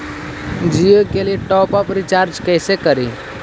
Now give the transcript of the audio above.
जियो के लिए top up recharge कैसे करी?